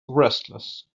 restless